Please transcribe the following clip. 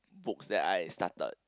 books that I started